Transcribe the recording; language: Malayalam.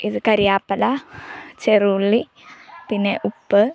ഇത് കറിവേപ്പില ചെറു ഉള്ളി പിന്നെ ഉപ്പ്